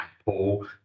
Apple